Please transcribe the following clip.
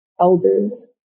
elders